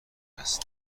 هست